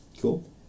Cool